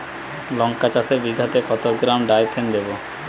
লঙ্কা চাষে বিঘাতে কত গ্রাম ডাইথেন দেবো?